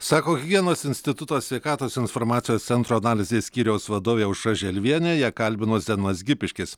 sako higienos instituto sveikatos informacijos centro analizės skyriaus vadovė aušra želvienė ją kalbino zenonas gipiškis